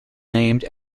named